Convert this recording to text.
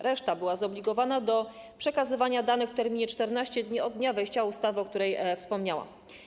Reszta była zobligowania do przekazywania danych w terminie 14 dni od dnia wejścia w życie ustawy, o której wspomniałam.